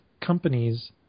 companies